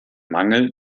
mangel